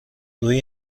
روی